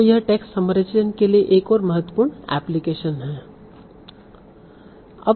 तो यह text summarisation के लिए एक और बहुत महत्वपूर्ण एप्लीकेशन है